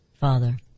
Father